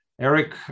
Eric